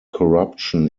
corruption